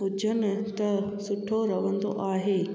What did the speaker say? हुजनि त सुठो रहंदो आहे